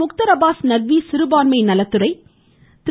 முக்தர் அப்பாஸ் நக்வி சிறுபான்மை நலத்துறை திரு